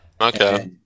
Okay